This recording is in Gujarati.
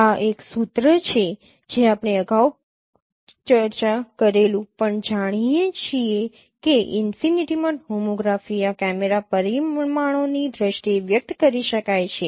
આ એક સૂત્ર છે જે આપણે અગાઉ ચર્ચા કરેલું પણ જાણીએ છીએ કે ઈનફિનિટીમાં હોમોગ્રાફી આ કેમેરા પરિમાણોની દ્રષ્ટિએ વ્યક્ત કરી શકાય છે